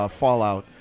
fallout